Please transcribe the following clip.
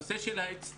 בנושא של ההצטיידות.